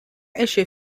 issue